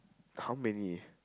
how many